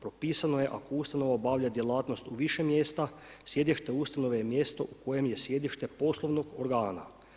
Propisano je ako ustanova obavlja djelatnost u više mjesta, sjedište ustanove je mjesto u kojem je sjedište poslovnog organa.